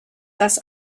dass